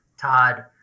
Todd